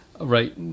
right